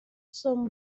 son